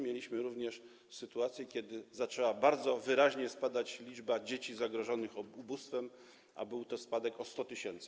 Mieliśmy również sytuację, kiedy zaczęła bardzo wyraźnie spadać liczba dzieci zagrożonych ubóstwem, a był to spadek o 100 tys.